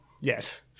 yes